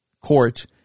court